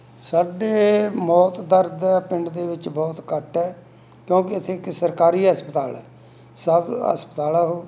ਸਾਡੇ ਮੌਤ ਦਰ ਦਾ ਪਿੰਡ ਦੇ ਵਿੱਚ ਬਹੁਤ ਘੱਟ ਹੈ ਕਿਉਂਕਿ ਇੱਥੇ ਇੱਕ ਸਰਕਾਰੀ ਹਸਪਤਾਲ ਹੈ ਸਭ ਹਸਪਤਾਲ ਆ ਉਹ